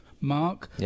mark